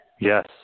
Yes